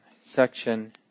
section